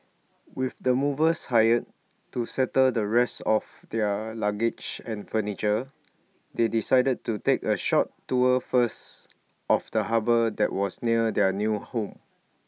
with the movers hired to settle the rest of their luggage and furniture they decided to take A short tour first of the harbour that was near their new home